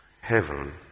Heaven